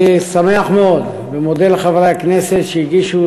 אני שמח מאוד ומודה לחברי הכנסת שהגישו